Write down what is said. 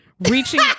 Reaching